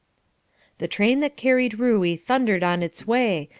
the train that carried ruey thundered on its way,